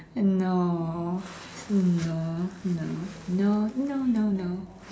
no no no no no no no